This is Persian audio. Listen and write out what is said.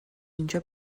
اینجا